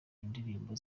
indirimbo